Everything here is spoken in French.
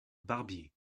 barbier